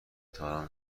توانم